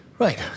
Right